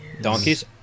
donkeys